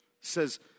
says